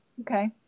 Okay